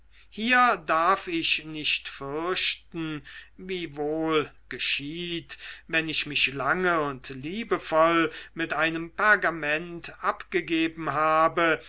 hier darf ich nicht fürchten wie wohl geschieht wenn ich mich lange und liebevoll mit einem pergament abgegeben habe